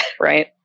right